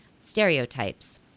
stereotypes